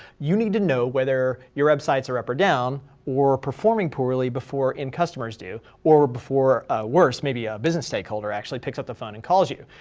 you need to know whether your websites are up or down or performing poorly before end customers do or before worse, maybe a business stakeholder actually picks up the phone and calls you.